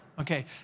Okay